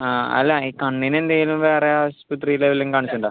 ആ അല്ല ഈ കണ്ണിന് എന്തേലും വേറെ ആശുപത്രിലെല്ലം കാണിച്ചുണ്ടോ